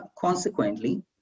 Consequently